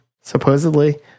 supposedly